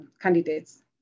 candidates